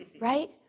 right